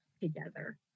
together